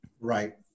Right